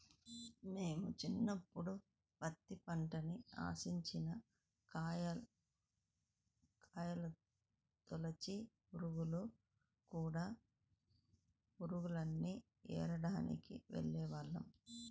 మేము చిన్నప్పుడు పత్తి పంటని ఆశించిన కాయతొలచు పురుగులు, కూడ పురుగుల్ని ఏరడానికి వెళ్ళేవాళ్ళం